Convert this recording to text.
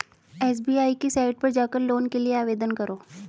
SBI की site पर जाकर लोन के लिए आवेदन करो